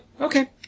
Okay